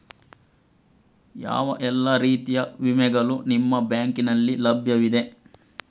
ಯಾವ ಎಲ್ಲ ರೀತಿಯ ವಿಮೆಗಳು ನಿಮ್ಮ ಬ್ಯಾಂಕಿನಲ್ಲಿ ಲಭ್ಯವಿದೆ?